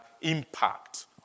impact